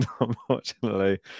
unfortunately